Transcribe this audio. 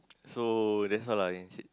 so that's all lah I can said